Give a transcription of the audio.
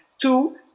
Two